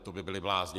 To by byli blázni.